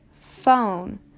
phone